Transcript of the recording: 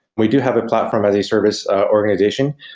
we do have a platform as a service organization,